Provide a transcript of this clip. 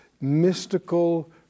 mystical